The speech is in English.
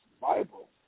Bible